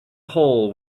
hole